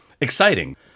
exciting